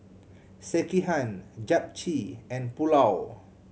Sekihan Japchae and Pulao